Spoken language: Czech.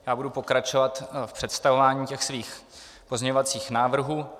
Já budu pokračovat v představování svých pozměňovacích návrhů.